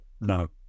No